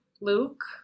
Luke